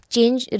change